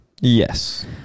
Yes